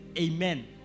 amen